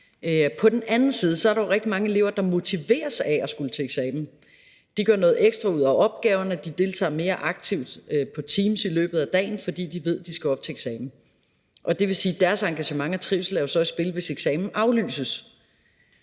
På den anden side er der jo rigtig mange elever, der motiveres af at skulle til eksamen. De gør noget ekstra ud af opgaverne. De deltager mere aktivt på Teams i løbet af dagen, fordi de ved, at de skal op til eksamen. Det vil sige, at deres engagement og trivsel jo så er i spil, hvis eksamenerne aflyses.